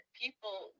people